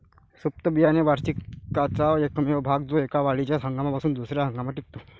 सुप्त बियाणे वार्षिकाचा एकमेव भाग जो एका वाढीच्या हंगामापासून दुसर्या हंगामात टिकतो